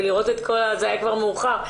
זה היה כבר מאוחר,